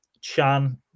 Chan